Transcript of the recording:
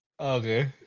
Okay